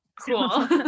Cool